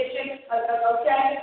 okay